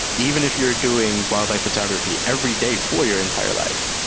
even if you're doing wildlife photography every day for your entire life,